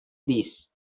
these